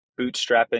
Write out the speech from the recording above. bootstrapping